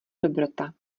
dobrota